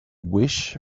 wish